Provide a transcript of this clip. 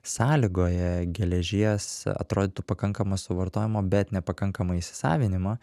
sąlygoja geležies atrodytų pakankamą suvartojimą bet nepakankamą įsisavinimą